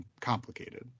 complicated